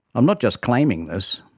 i'm not just claiming this,